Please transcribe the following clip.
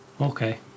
Okay